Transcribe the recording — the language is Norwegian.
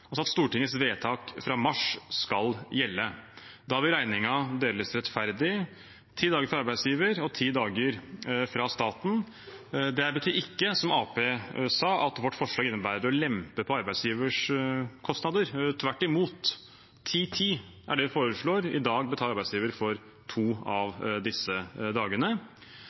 altså at Stortingets vedtak fra mars skal gjelde. Da vil regningen deles rettferdig, ti dager til arbeidsgiver og ti dager fra staten. Det betyr ikke, som Arbeiderpartiet sa, at vårt forslag innebærer å lempe på arbeidsgivers kostnader, tvert imot er titi det vi foreslår. I dag betaler arbeidsgiver for to av disse dagene.